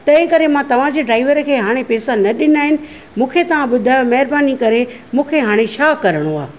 तंहिं करे मां तव्हां जे ड्राईवर खे हाणे पेसा न ॾिना आहिनि मूंखे तव्हां ॿुधायो महिरबानी करे मूंखे हाणे छा करणो आहे